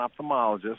ophthalmologist